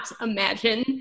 imagine